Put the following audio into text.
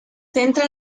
centra